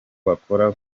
bakora